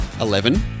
Eleven